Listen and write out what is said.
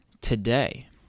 Today